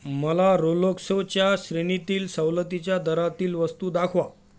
मला रोलोक्सोच्या श्रेणीतील सवलतीच्या दरातील वस्तू दाखवा